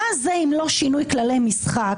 מה זה אם לא שינוי כללי משחק?